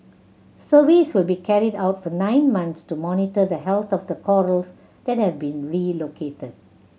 surveys will be carried out for nine months to monitor the health of the corals that have been relocated